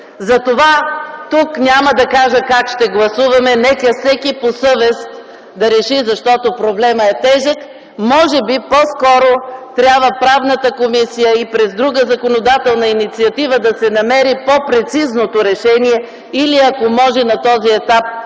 Затова тук няма да кажа как ще гласуваме. Нека всеки по съвест да реши, защото проблемът е тежък. Може би по-скоро трябва Правната комисия и през друга законодателна инициатива да се намери по-прецизното решение или ако може на този етап, аз не